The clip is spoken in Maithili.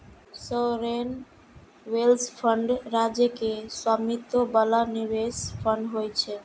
सॉवरेन वेल्थ फंड राज्य के स्वामित्व बला निवेश फंड होइ छै